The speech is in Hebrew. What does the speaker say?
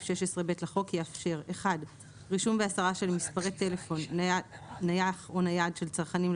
16ב לחוק יאפשר רישום והסרה של מספרי טלפון נייח או נייד של צרכנים,